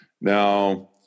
Now